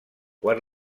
quan